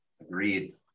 agreed